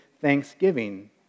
Thanksgiving